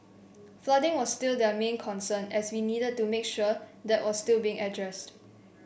flooding was still their main concern and we needed to make sure that was still being addressed